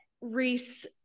Reese